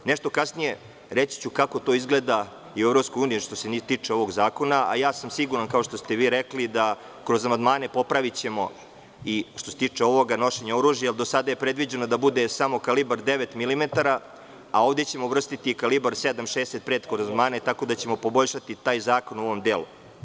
Nešto kasnije reći ću kako to izgleda i u EU što se tiče ovog zakona, a ja sam siguran, kao što ste vi rekli, da kroz amandmane popravićemo i što se tiče ovoga, nošenje oružja, jer do sada je bilo predviđeno da bude samo kalibar devet milimetra, a ovde ćemo uvrstiti i kalibar 7.65 kroz amandmane, tako da ćemo poboljšati taj zakon u ovom delu.